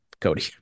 Cody